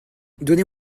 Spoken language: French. donnez